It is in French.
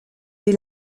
dès